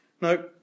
no